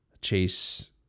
Chase